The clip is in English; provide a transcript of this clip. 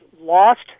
lost